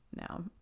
now